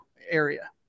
area